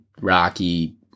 rocky